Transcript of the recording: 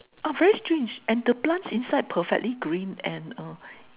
ah very strange and the plants inside perfectly green and err